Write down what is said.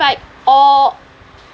fact all